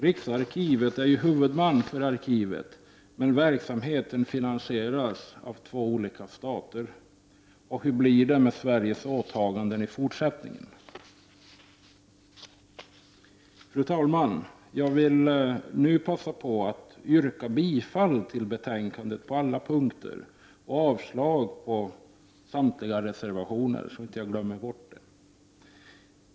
Riksarkivet är ju huvudman för arkivet, men verksamheten finansieras av två olika stater. Hur blir det med Sveriges åtaganden i fortsättningen? Fru talman! Jag vill nu passa på att yrka bifall till utskottets hemställan i betänkandet på alla punkter och avslag på samtliga reservationer.